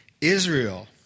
Israel